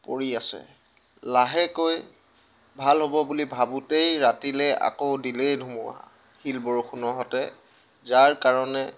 পৰি আছে লাহেকৈ ভাল হ'ব বুলি ভাবোঁতেই ৰাতিলৈ আকৌ দিলেই ধুমুহা শিল বৰষুণৰ সৈতে যাৰ কাৰণে